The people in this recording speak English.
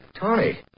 Tony